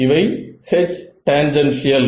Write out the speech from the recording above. இவை H tangential